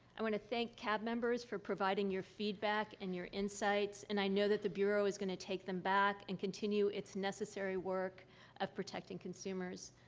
i want to thank cab members for providing your feedback and your insights, and i know that the bureau is going to take them back and continue its necessary work of protecting consumers.